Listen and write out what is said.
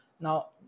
Now